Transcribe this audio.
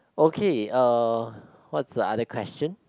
okay uh what's the other question